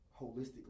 holistically